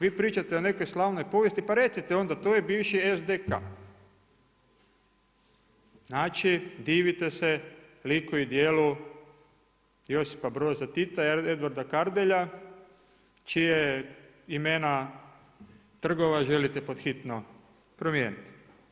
Vi pričate o nekoj slavnoj povijesti, pa recite onda to je bivši SDK, znači divite se liku i djelu Josipa Broza Tita ili Edvarda Kardelja čija imena trgova želite pod hitno promijeniti.